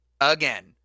again